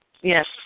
Yes